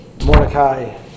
Mordecai